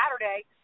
Saturday